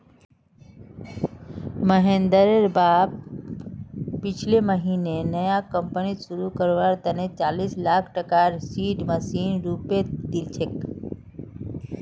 महेंद्रेर बाप पिछले महीना नया कंपनी शुरू करवार तने चालीस लाख टकार सीड मनीर रूपत दिल छेक